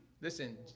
listen